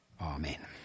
Amen